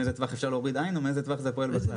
מאיזה טווח אפשר להוריד עין או מאיזה טווח זה פועל בכלל?